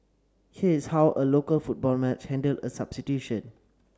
here is how a local football match handled a substitution